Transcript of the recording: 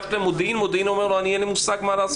מי נמנע?